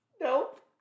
Nope